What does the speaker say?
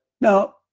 Now